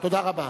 תודה רבה.